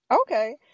okay